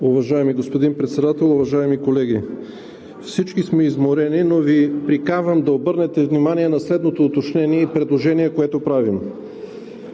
Уважаеми господин Председател, уважаеми колеги! Всички сме изморени, но Ви приканвам да обърнете внимание на следното уточнение и предложение, което правя.